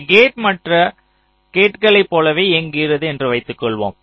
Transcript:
இந்த கேட் மற்ற கேட்களைப் போலவே இயங்குகிறது என்று வைத்துக்கொள்வோம்